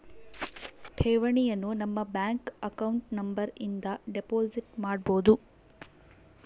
ಠೇವಣಿಯನು ನಮ್ಮ bank account number ಇಂದ ಡೆಪೋಸಿಟ್ ಮಾಡ್ಬೊದು